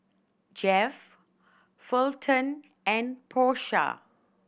Jeff Fulton and Porsha